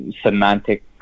semantic